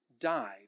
died